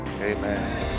amen